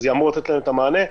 זה אמור לתת לנו את המענה,